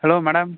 hello madam